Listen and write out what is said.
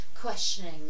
questioning